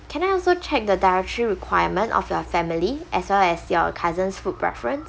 can I also check the dietary requirement of your family as well as your cousin's food preference